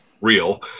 real